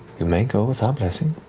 you may go with our blessing.